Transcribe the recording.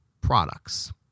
products